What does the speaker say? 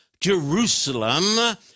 Jerusalem